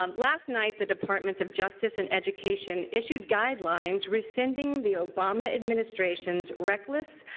um last night the department of justice and education issued guidelines rescinding the obama administration's reckless,